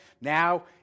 now